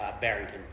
Barrington